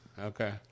Okay